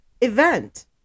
event